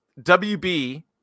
WB